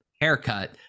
haircut